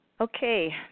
Okay